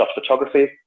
Photography